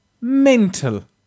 mental